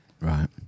right